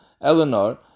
Eleanor